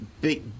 big